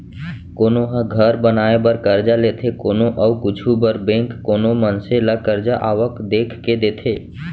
कोनो ह घर बनाए बर करजा लेथे कोनो अउ कुछु बर बेंक कोनो मनसे ल करजा आवक देख के देथे